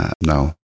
No